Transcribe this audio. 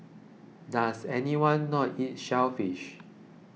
does anyone not eat shellfish